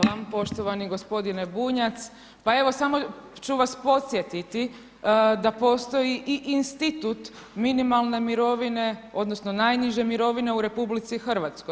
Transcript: Hvala vam. poštovani gospodine Bunjac, pa evo samo ću vas podsjetiti da postoji i institut minimalne mirovine, odnosno najniže mirovine u RH.